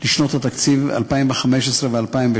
לשנות התקציב 2015 ו-2016),